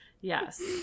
Yes